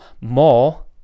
more